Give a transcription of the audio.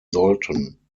sollten